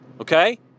Okay